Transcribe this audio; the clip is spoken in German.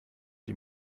die